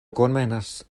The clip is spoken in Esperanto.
konvenas